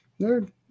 Nerd